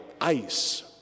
ice